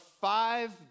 five